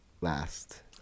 last